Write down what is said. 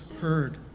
heard